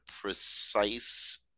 precise